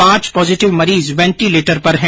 पांच पॉजीटिव मरीज वैंटीलेटर पर है